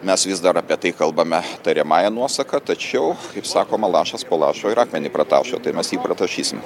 mes vis dar apie tai kalbame tariamąja nuosaka tačiau kaip sakoma lašas po lašo ir akmenį pratašo tai mes jį pratašysim